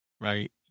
right